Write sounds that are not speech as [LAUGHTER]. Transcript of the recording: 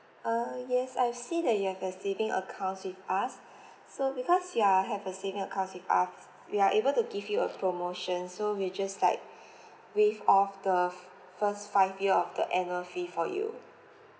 err yes I see that you have a saving account with us [BREATH] so because you are have a saving account with us we are able to give you a promotion so we'll just like [BREATH] waive off the first five year of the annual fee for you